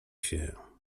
się